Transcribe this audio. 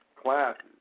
classes